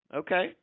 okay